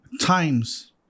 times